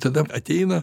tada ateina